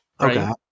Okay